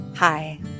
Hi